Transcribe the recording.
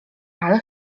ale